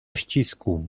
ścisku